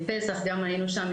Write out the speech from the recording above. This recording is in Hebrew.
בפסח גם היינו שם,